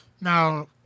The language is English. Now